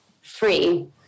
free